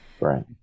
Right